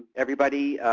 everybody,